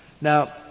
Now